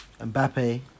Mbappe